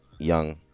Young